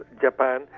Japan